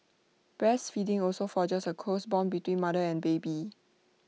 breastfeeding also forges A close Bond between mother and baby